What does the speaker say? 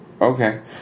Okay